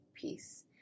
peace